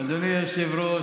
אדוני היושב-ראש,